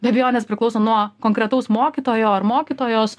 be abejonės priklauso nuo konkretaus mokytojo ar mokytojos